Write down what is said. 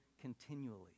continually